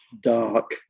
dark